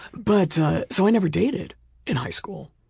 but so i never dated in high school.